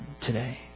today